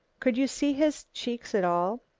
could you see his cheeks at all?